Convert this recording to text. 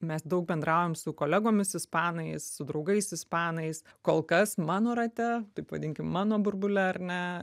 mes daug bendraujam su kolegomis ispanais su draugais ispanais kol kas mano rate taip vadinkim mano burbule ar ne